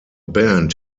band